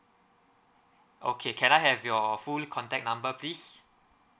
okay can I have your full contact number please